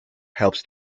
helps